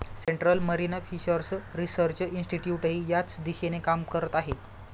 central marine fisheries research इन्स्टिट्यूटही याच दिशेने काम करत आहे